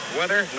weather